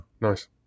Nice